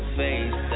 face